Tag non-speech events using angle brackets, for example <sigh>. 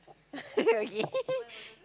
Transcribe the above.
<laughs> okay